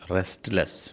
Restless